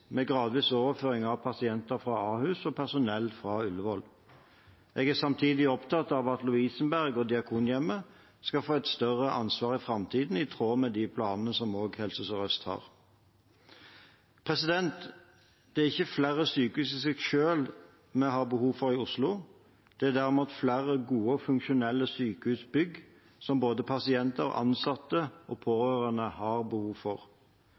med gradvis overføring av pasienter fra Ahus og personell fra Ullevål. Jeg er samtidig opptatt av at Lovisenberg og Diakonhjemmet skal få et større ansvar i framtiden, i tråd med de planene som også Helse Sør-Øst har. Det er ikke flere sykehus i seg selv vi har behov for i Oslo. Det er derimot flere gode, funksjonelle sykehusbygg både pasienter, ansatte og pårørende har behov for.